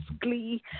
glee